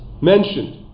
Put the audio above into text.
Mentioned